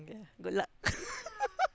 okay good luck